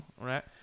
right